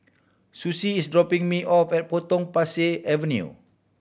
Susie is dropping me off at Potong Pasir Avenue